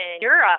Europe